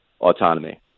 autonomy